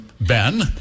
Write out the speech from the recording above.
Ben